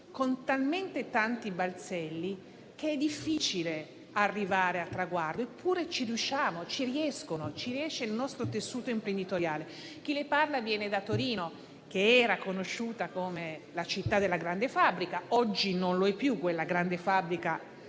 con talmente tanti balzelli che è difficile arrivare al traguardo. Eppure ci riusciamo, ci riescono le nostre imprese e il nostro tessuto imprenditoriale. Chi parla viene da Torino, che era conosciuta come la città della grande fabbrica. Oggi non lo è più, quella grande fabbrica